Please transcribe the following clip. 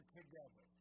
together